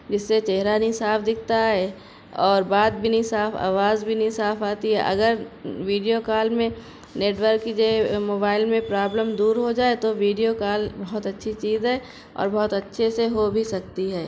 جس سے چہرہ نہیں صاف دکھتا ہے اور بات بھی نہیں صاف آواز بھی نہیں صاف آتی ہے اگر ویڈیو کال میں نیٹورک کی جگہ موبائل میں پرابلم دور ہو جائے تو ویڈیو کال بہت اچھی چیز ہے اور بہت اچھے سے ہو بھی سکتی ہے